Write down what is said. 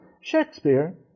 Shakespeare